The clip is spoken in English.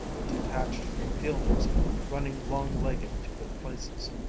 the detached fielders running long-legged to their places.